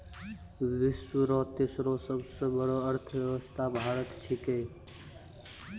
विश्व रो तेसरो सबसे बड़ो अर्थव्यवस्था भारत छिकै